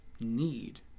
need